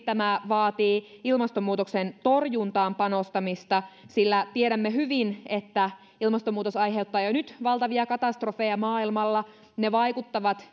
tämä vaatii ilmastonmuutoksen torjuntaan panostamista sillä tiedämme hyvin että ilmastonmuutos aiheuttaa jo nyt valtavia katastrofeja maailmalla ne vaikuttavat